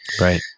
Right